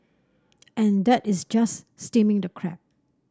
and that is just steaming the crab